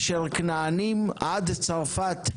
אשר כנענים עד צרפת,